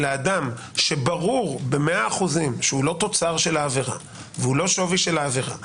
האדם שברור ב-100% שהוא לא תוצר של העבירה ולא שווי של העבירה,